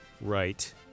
right